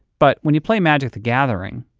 but when you play magic the gathering,